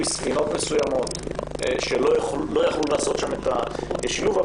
ספינות מסוימות שלא יכלו לעשות שם את השילוב,